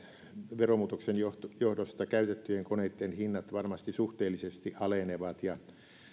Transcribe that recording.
veromuutoksen johdosta johdosta käytettyjen koneitten hinnat varmasti suhteellisesti alenevat